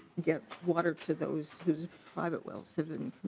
get water to those private wealth